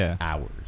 hours